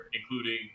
Including